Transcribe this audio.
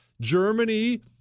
Germany